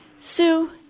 Sue